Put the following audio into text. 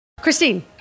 Christine